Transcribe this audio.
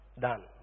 done